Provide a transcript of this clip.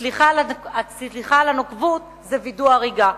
סליחה על הנוקבות, זה וידוא הריגה.